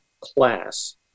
class